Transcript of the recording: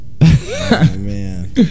Man